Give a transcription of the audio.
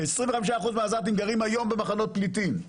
25% מהעזתים גרים היום במחנות פליטים.